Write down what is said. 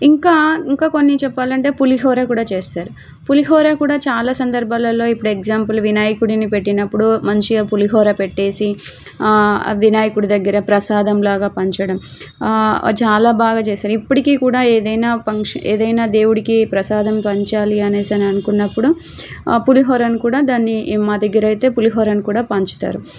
ఇంకా ఇంకా కొన్ని చెప్పాలి అంటే పులిహోర కూడా చేస్తారు పులిహోర కూడా చాలా సందర్భాలల్లో ఇప్పుడు ఎగ్జాంపుల్ వినాయకుడిని పెట్టినప్పుడు మంచిగా పులిహోర పెట్టేసి అవి నాయకుడి దగ్గర ప్రసాదంలాగా పంచడం చాలా బాగా చేస్తారు ఇప్పటికీ కూడా ఏదైనా ఫంక్షన్ ఏదైనా దేవుడికి ప్రసాదం పంచాలి అనేసి అని అనుకున్నప్పుడు పులిహోరని కూడా దాన్ని మా దగ్గర అయితే పులిహోరని కూడా పంచుతారు